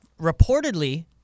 Reportedly